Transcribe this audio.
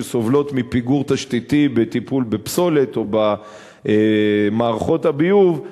שסובלות מפיגור תשתיתי בטיפול בפסולת או במערכות הביוב,